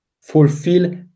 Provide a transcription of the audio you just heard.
Fulfill